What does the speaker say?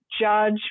judge